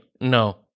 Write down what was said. no